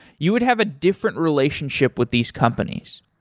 you would have a different relationship with these companies.